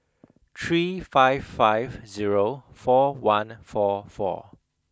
three five five zero four one four four